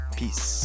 peace